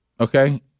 Okay